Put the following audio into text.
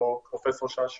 אפרופו פרופ' שעשוע.